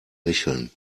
lächeln